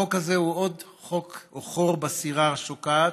החוק הזה הוא עוד חור בסירה השוקעת.